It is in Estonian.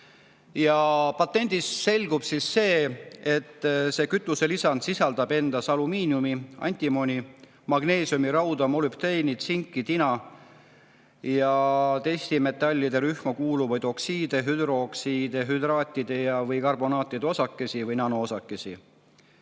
Ja patendist selgub, et see kütuselisand sisaldab endas alumiiniumi, antimoni, magneesiumi, rauda, molübdeeni, tsinki, tina ja teisi metallide rühma kuuluvate oksiidide, hüdroksiidide, hüdraatide ja/või karbonaatide osakesi või nanoosakesi,